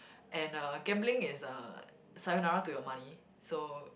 and uh gambling is a sayonara to your money so